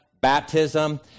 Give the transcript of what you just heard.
baptism